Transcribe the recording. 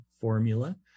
formula